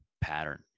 pattern